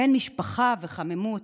מעין משפחה וחמימות.